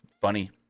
funny